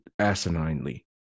asininely